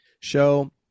show